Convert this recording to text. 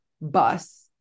bus